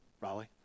Raleigh